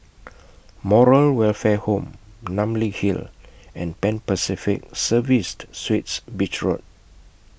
Moral Welfare Home Namly Hill and Pan Pacific Serviced Suites Beach Road